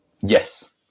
Yes